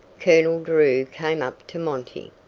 colonel drew came up to monty,